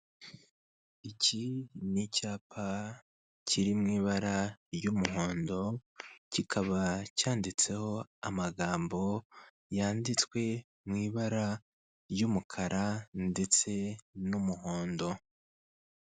Icyi ni icyapa kiri mwibara ry'umuhondo, kikaba cyanditseho amagambo yanditwe mwibara ry'umukara ndetse n'umuhondo.